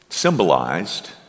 symbolized